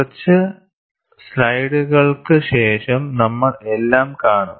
കുറച്ച് സ്ലൈഡുകൾക്ക് ശേഷം നമ്മൾ എല്ലാം കാണും